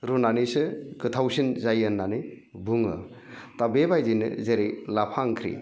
रुनानैसो गोथावसिन जायो होननानै बुङो दा बेबायदिनो जेरै लाफा ओंख्रि